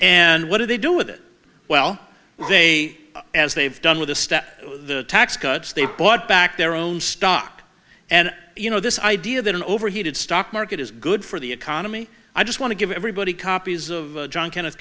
and what do they do with it well they as they've done with the step the tax cuts they've bought back their own stock and you know this idea that an overheated stock market is good for the economy i just want to give everybody copies of john kenne